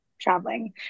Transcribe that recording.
traveling